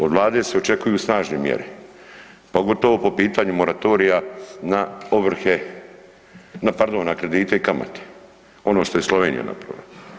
Od Vlade se očekuju snažne mjere pogotovo po pitanju moratorija na ovrhe, pardon na kredite i kamate, ono što je Slovenija napravila.